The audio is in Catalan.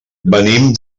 venim